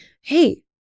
Hey